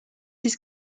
his